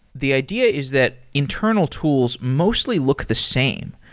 the idea is that internal tools mostly look the same.